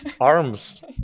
arms